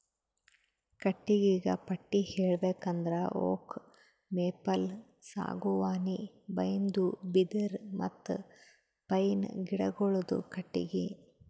ಕಟ್ಟಿಗಿಗ ಪಟ್ಟಿ ಹೇಳ್ಬೇಕ್ ಅಂದ್ರ ಓಕ್, ಮೇಪಲ್, ಸಾಗುವಾನಿ, ಬೈನ್ದು, ಬಿದಿರ್ ಮತ್ತ್ ಪೈನ್ ಗಿಡಗೋಳುದು ಕಟ್ಟಿಗಿ